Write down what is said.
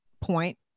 point